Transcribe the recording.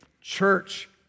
church